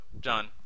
John